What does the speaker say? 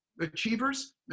achievers